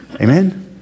Amen